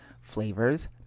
flavors